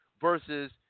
Versus